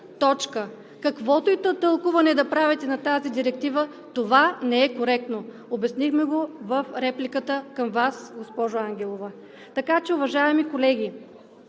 Точка! Каквото и тълкуване да правите на тази директива, то не е коректно. Обяснихме го в репликата към Вас, госпожо Ангелова. Уважаеми колеги,